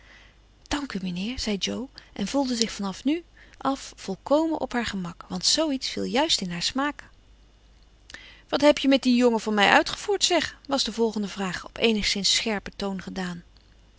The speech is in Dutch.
u mijnheer zei jo en voelde zich van nu af volkomen op haar gemak want zooiets viel juist in haar smaak wat heb je met dien jongen van mij uitgevoerd zeg was de volgende vraag op eenigszins scherpen toon gedaan